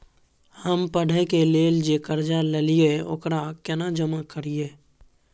हम पढ़े के लेल जे कर्जा ललिये ओकरा केना जमा करिए?